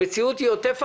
המציאות היא עוטף עזה.